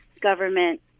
government